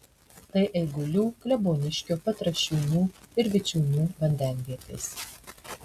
tai eigulių kleboniškio petrašiūnų ir vičiūnų vandenvietės